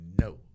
No